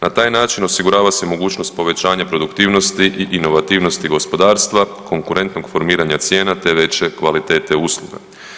Na taj način osigurava se mogućnost povećanja produktivnosti i inovativnosti gospodarstva, konkurentnog formiranja cijena te veće kvalitete usluga.